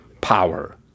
power